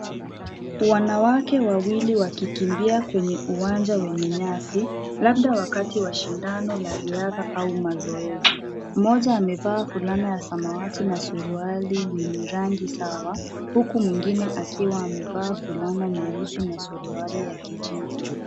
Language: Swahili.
Wanawake wawili wakikimbia kwenye uwanja wenye nyasi labda wakati wa shindano la riadha au mazoezi, mmoja amevaa fulana ya samawati na suruali yenye rangi sawa huku mwingine akiwa amevaa fulana nyeusi na suruali ya kijivu.